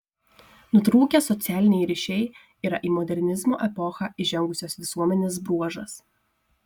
nutrūkę socialiniai ryšiai yra į modernizmo epochą įžengusios visuomenės bruožas